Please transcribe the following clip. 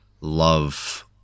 love